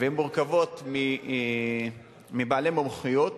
והן מורכבות מבעלי מומחיות,